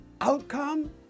outcome